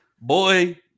Boy